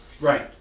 Right